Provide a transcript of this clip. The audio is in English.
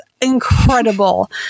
incredible